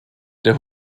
der